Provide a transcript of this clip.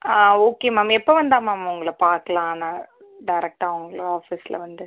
okay ma'am எப்போ வந்தால் ma'am உங்களை பார்க்கலாம் நான் டேரெக்ட்டாக உங்களை ஆஃபீஸில் வந்து